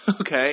Okay